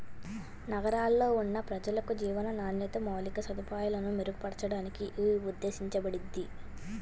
నగరాల్లో ఉన్న ప్రజలకు జీవన నాణ్యత, మౌలిక సదుపాయాలను మెరుగుపరచడానికి యీ ఉద్దేశించబడింది